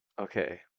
Okay